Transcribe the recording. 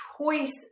choice